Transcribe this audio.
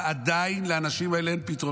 עדיין לאנשים האלה אין פתרונות,